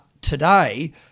Today